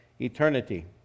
eternity